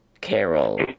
Carol